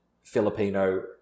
Filipino